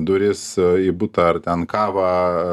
duris į butą ar ten kavą